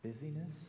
busyness